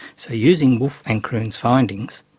so, using woolf and croon's findings,